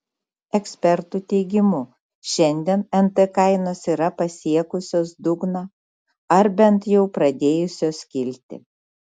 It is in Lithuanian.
ekspertų teigimu šiandien nt kainos yra pasiekusios dugną ar bent jau pradėjusios kilti